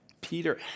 Peter